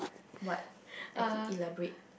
what elaborate